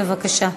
בבקשה.